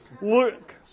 Look